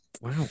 wow